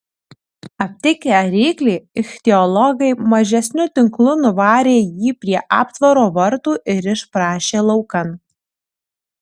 aptikę ryklį ichtiologai mažesniu tinklu nuvarė jį prie aptvaro vartų ir išprašė laukan